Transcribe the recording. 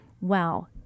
wow